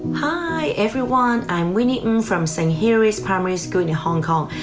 hi everyone, i'm winnie ng from st. hilary's primary school in hong kong.